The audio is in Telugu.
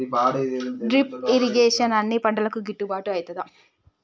డ్రిప్ ఇరిగేషన్ అన్ని పంటలకు గిట్టుబాటు ఐతదా?